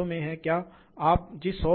drive ऐसा देती हैं